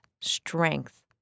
strength